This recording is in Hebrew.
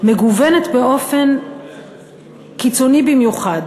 מגוונת באופן קיצוני במיוחד,